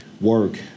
work